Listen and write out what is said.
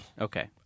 Okay